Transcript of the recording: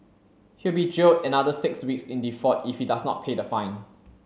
he will be jailed another six weeks in default if he does not pay the fine